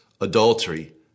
adultery